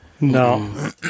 No